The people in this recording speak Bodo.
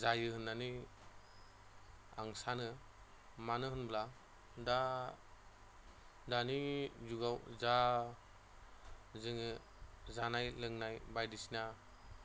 जायो होननानै आं सानो मानो होनोब्ला दा दानि जुगाव जा जोङो जानाय लोंनाय बायदिसिना